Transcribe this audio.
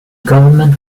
government